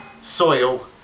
soil